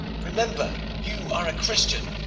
remember you are a christian.